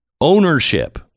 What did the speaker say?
Ownership